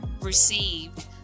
received